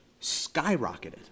skyrocketed